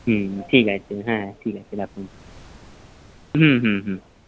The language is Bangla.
হুম ঠিক আছে হ্যাঁ ঠিক আছে রাখুন হুম হুম হুম